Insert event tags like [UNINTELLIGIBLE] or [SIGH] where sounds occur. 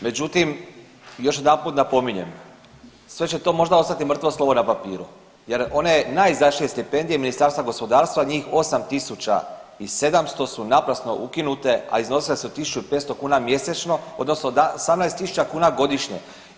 Međutim, još jedanput napominjem, sve će to možda ostati mrtvo slovo na papiru jer one ... [UNINTELLIGIBLE] stipendije Ministarstva gospodarstva, njih 8 700 su naprasno ukinute, a iznosile su 1200 kuna mjesečno odnosno 18000 kuna godišnje.